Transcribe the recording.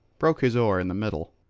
broke his oar in the middle.